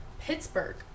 pittsburgh